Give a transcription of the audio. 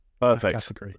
Perfect